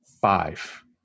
five